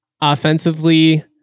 Offensively